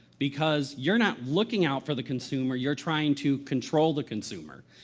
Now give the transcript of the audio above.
because you're not looking out for the consumer you're trying to control the consumer.